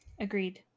Agreed